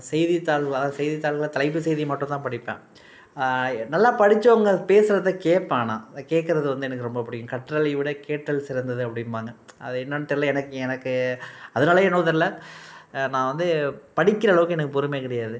செய்தித்தாள் வா செய்தித்தாள்களில் தலைப்புச் செய்திய மட்டும் தான் படிப்பேன் நல்லா படித்தவங்க பேசுறதக் கேட்பேன் ஆனால் அதை கேட்கறது வந்து எனக்கு ரொம்பப் பிடிக்கும் கற்றலை விட கேட்டல் சிறந்தது அப்படின்பாங்க அது என்னென்னு தெரியல எனக் எனக்கு அதனாலயோ என்னவோ தெரியல நான் வந்து படிக்கிற அளவுக்கு எனக்கு பொறுமை கிடையாது